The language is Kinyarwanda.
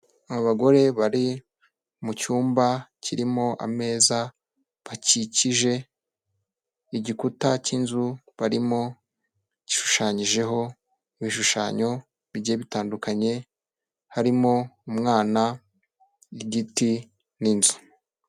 Abagore bari mu cyumba kirimo ameza bakikije igikuta cy'inzu barimo, gishushanyijeho ibishushanyo bigiye bitandukanye harimo umwana n'igiti n'inzu.